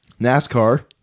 NASCAR